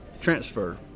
Transfer